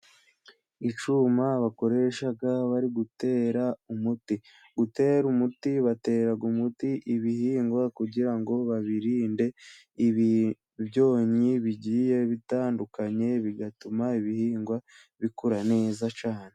Icyuma bakoresha bari gutera umuti. Gutera umuti batera umuti ibihingwa kugira ngo babirinde ibibyonyi bigiye bitandukanye, bigatuma ibihingwa bikura neza cyane.